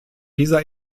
dieser